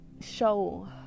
show